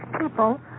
people